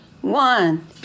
one